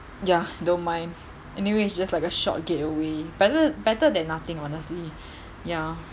ya don't mind anyway it's just like a short get way better better than nothing honestly ya